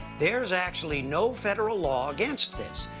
there's actually no federal law against this,